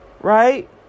right